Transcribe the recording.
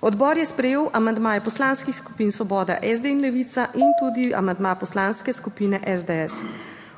odbor je sprejel amandmaje poslanskih skupin Svoboda, SD in Levica in tudi amandma Poslanske skupine SDS.